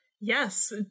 Yes